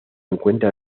encuentra